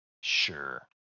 Sure